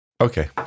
Okay